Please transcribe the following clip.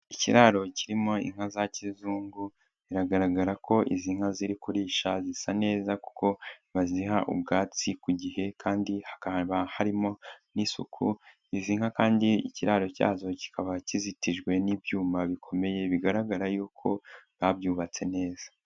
Ikiraro kirimo inka za kizungu, biragaragara ko izi nka ziri kurisha zisa neza kuko baziha ubwatsi ku gihe kandi hakaba harimo n'isuku, izi nka kandi ikiraro cyazo kikaba kizitijwe n'ibyuma bikomeye bigaragara yuko mwabyubatse neza.